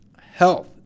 health